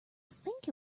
think